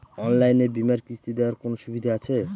অনলাইনে বীমার কিস্তি দেওয়ার কোন সুবিধে আছে?